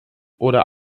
oder